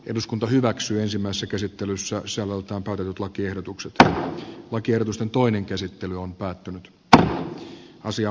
eduskunta hyväksyisimmässä käsittelyssä se valta on paisunut lakiehdotukset ja vaikerrusten toinen käsittely on päättynyt tätä asiaa